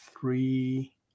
three